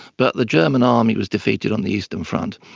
but the german army was defeated on the eastern front.